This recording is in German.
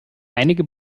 einige